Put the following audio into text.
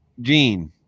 Gene